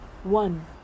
one